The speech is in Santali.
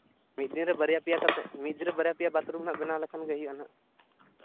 ᱢᱤᱫ ᱫᱤᱱ ᱨᱮ ᱵᱟᱨᱭᱟ ᱯᱮᱭᱟ ᱠᱟᱛᱮ ᱢᱤᱫ ᱫᱤᱱ ᱨᱮ ᱵᱟᱨᱭᱟ ᱯᱮᱭᱟ ᱵᱟᱛᱷᱨᱩᱢ ᱦᱟᱸᱜ ᱵᱮᱱᱟᱣ ᱞᱮᱠᱷᱟᱱ ᱜᱮ ᱦᱩᱭᱩᱜᱼᱟ ᱦᱟᱸᱜ